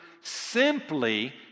simply